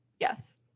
Yes